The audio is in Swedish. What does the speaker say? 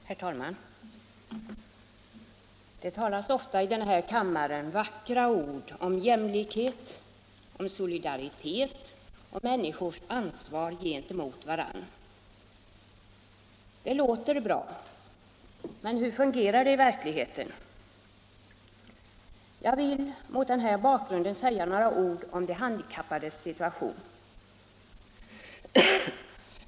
Herr talman! Det talas ofta i den här kammaren vackra ord om jämlikhet, solidaritet och människors ansvar gentemot varandra. Det låter bra, men hur fungerar det i verkligheten? Jag vill mot den här bakgrunden säga några ord om de handikappades situation.